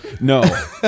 No